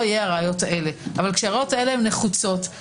לפני שנקפוץ במירכאות לאסוף את החומר הטיפולי,